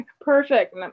Perfect